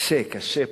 קשה, קשה פה.